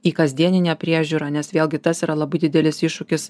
į kasdieninę priežiūrą nes vėlgi tas yra labai didelis iššūkis